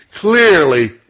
clearly